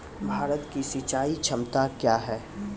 भारत की सिंचाई क्षमता क्या हैं?